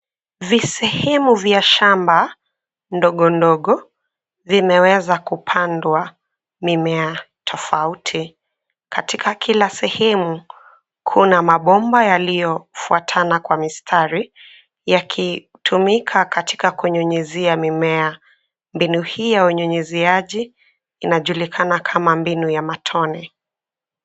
Visehemu vya shamba ndogo, ndogo vimeweza kupandwa mimea tofauti. Katika kila sehemu kuna mabomba yaliyofuatana kwa mistari, yakitumika katika kunyunyizia mimea. Mbinu hii ya unyunyiziaji inajulikana kama mbinu ya matone.